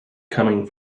coming